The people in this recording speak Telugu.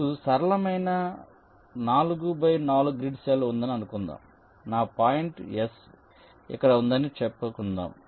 మీకు సరళమైన 4 బై 4 గ్రిడ్ సెల్ ఉందని అనుకుందాం నా పాయింట్ S ఇక్కడ ఉందని చెప్పనివ్వండి